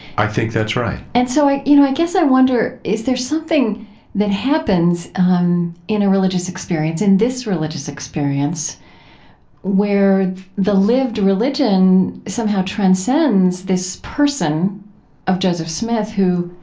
i think that's right and so i, you know, i guess i wonder is there something that happens um in a religious experience in this religious experience where the lived religion somehow transcends this person of joseph smith, who,